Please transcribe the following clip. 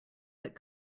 that